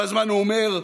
כל הזמן הוא אומר: